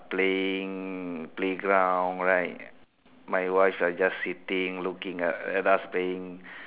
playing playground right my wife are just sitting looking at at us playing